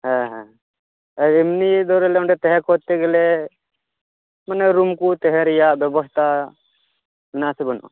ᱦᱮᱸ ᱦᱮᱸ ᱮᱢᱱᱤᱫᱷᱚᱨᱮ ᱚᱸᱰᱮ ᱛᱟᱦᱮᱸ ᱠᱚᱨᱛᱮ ᱜᱮᱞᱮ ᱢᱟᱱᱮ ᱨᱩᱢ ᱠᱚ ᱛᱟᱦᱮᱸ ᱨᱮᱭᱟᱜ ᱵᱮᱵᱚᱥᱛᱟ ᱢᱮᱱᱟᱜᱼᱟ ᱥᱮ ᱵᱟ ᱱᱩᱜᱼᱟ